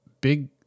big